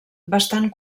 bastant